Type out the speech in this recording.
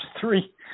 three